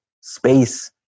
space